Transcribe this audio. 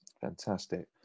Fantastic